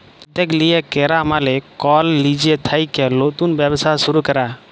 উদ্যগ লিয়ে ক্যরা মালে কল লিজে থ্যাইকে লতুল ব্যবসা শুরু ক্যরা